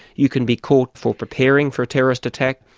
you can be caught for preparing for a terrorist attack,